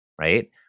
right